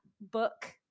book